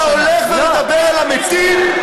אתה הולך ומדבר אל המתים?